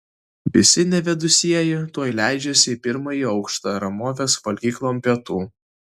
visi nevedusieji tuoj leidžiasi į pirmąjį aukštą ramovės valgyklon pietų